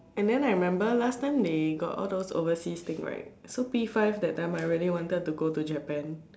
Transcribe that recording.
and then I remember last time they got all those overseas thing right so P-five that time I really wanted to go to Japan